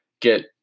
get